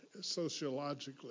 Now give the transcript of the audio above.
sociologically